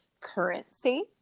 currency